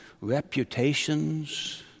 reputations